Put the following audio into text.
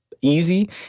Easy